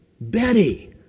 Betty